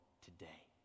today